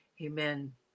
Amen